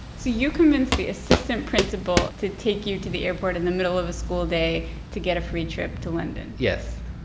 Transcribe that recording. so you convinced the assistant principal to take you to the airport in the middle of a school day to get a free trip to london yes.